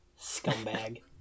scumbag